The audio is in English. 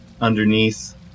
underneath